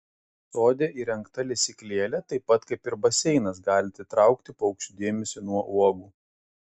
sode įrengta lesyklėlė taip pat kaip ir baseinas gali atitraukti paukščių dėmesį nuo uogų